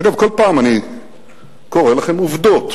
אגב, כל פעם אני קורא לכם עובדות,